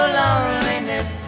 loneliness